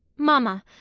mamma,